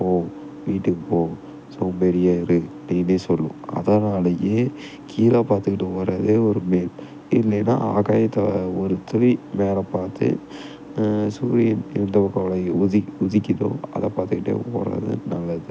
போ வீட்டுக்கு போ சோம்பேறியாக இரு அப்படினே சொல்லும் அதனாலையே கீழே பார்த்துக்கிட்டு ஓடுவதே ஒரு மி இல்லேன்னா ஆகாயத்தை ஒரு துளி மேலே பார்த்து சூரியன் எந்த பக்கம் உ உதி உதிக்கிறதோ அதை பார்த்துக்கிட்டே ஓடுவது நல்லது